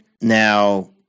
Now